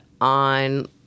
on